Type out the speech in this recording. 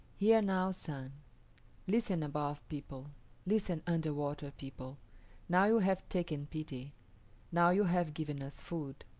hear now, sun listen, above people listen, underwater people now you have taken pity now you have given us food.